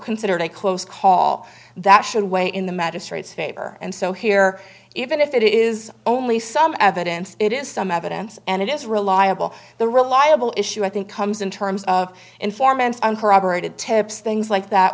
considered a close call that should weigh in the magistrate's favor and so here even if it is only some evidence it is some evidence and it is reliable the reliable issue i think comes in terms of informants uncorroborated tapes things like that